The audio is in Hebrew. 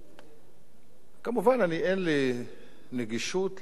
אני אין לי נגישות למקורות אינפורמציה,